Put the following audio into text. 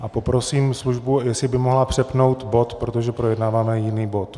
A poprosím službu, jestli by mohla přepnout bod , protože projednáváme už jiný bod.